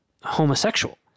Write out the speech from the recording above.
homosexual